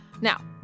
now